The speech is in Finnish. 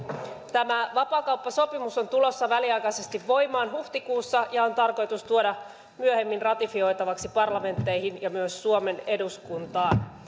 tämä vapaakauppasopimus on tulossa väliaikaisesti voimaan huhtikuussa ja on tarkoitus tuoda myöhemmin ratifioitavaksi parlamentteihin ja myös suomen eduskuntaan